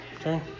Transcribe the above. Okay